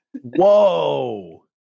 Whoa